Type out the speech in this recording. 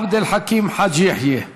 עבד אל חכים חאג' יחיא.